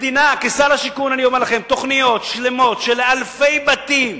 כשר השיכון אני אומר לכם: תוכניות שלמות של אלפי בתים,